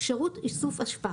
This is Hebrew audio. שירות איסוף אשפה,